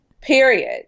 Period